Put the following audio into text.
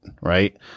right